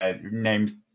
Names